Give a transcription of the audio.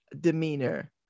demeanor